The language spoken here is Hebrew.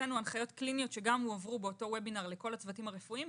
הוצאנו הנחיות קליניות שגם הועברו באותו וובינר לכל הצוותים הרפואיים,